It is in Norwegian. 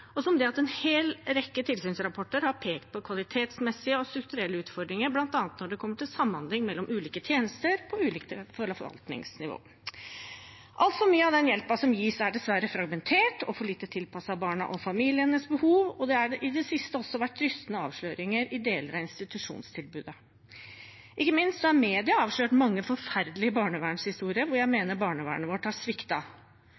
og at en hel rekke tilsynsrapporter har pekt på kvalitetsmessige og strukturelle utfordringer, bl.a. når det gjelder samhandling mellom ulike tjenester på ulike forvaltningsnivå. Altfor mye av den hjelpen som gis, er dessverre fragmentert og for lite tilpasset barnet og familiens behov, og det har i det siste også vært rystende avsløringer i deler av institusjonstilbudet. Ikke minst har media avslørt mange forferdelige barnevernshistorier hvor jeg